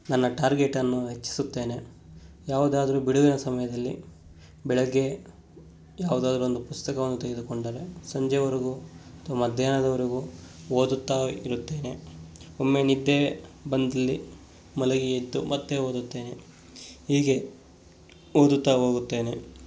ನನ್ನ ಟಾರ್ಗೆಟನ್ನು ಹೆಚ್ಚಿಸುತ್ತೇನೆ ಯಾವುದಾದರೂ ಬಿಡುವಿನ ಸಮಯದಲ್ಲಿ ಬೆಳಗ್ಗೆ ಯಾವುದಾದರು ಒಂದು ಪುಸ್ತಕವನ್ನು ತೆಗೆದುಕೊಂಡರೆ ಸಂಜೆವರೆಗೂ ಅಥವಾ ಮಧ್ಯಾಹ್ನದವರೆಗೂ ಓದುತ್ತಾಯಿರುತ್ತೇನೆ ಒಮ್ಮೆ ನಿದ್ದೆ ಬಂದಲ್ಲಿ ಮಲಗಿ ಎದ್ದು ಮತ್ತೆ ಓದುತ್ತೇನೆ ಹೀಗೆ ಓದುತ್ತಾ ಹೋಗುತ್ತೇನೆ